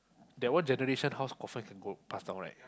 that one generation house confirm can go pass down right